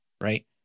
right